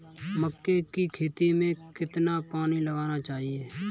मक्के की खेती में कितना पानी लगाना चाहिए?